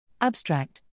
Abstract